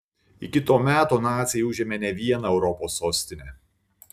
iki to meto naciai užėmė ne vieną europos sostinę